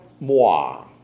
moi